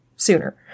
Sooner